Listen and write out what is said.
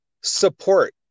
support